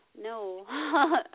No